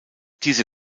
diese